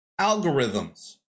Algorithms